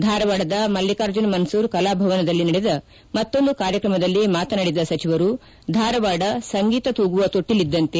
ಧಾರವಾಡದ ಮಲ್ಲಿಕಾರ್ಜುನ ಮನ್ಸೂರ್ ಕಲಾಭವನದಲ್ಲಿ ನಡೆದ ಮತ್ತೊಂದು ಕಾರ್ಯಕ್ರಮದಲ್ಲಿ ಮಾತನಾಡಿದ ಸಚಿವರು ಧಾರವಾಡ ಸಂಗೀತ ತೂಗುವ ತೊಟ್ಟಿಲಿದ್ದಂತೆ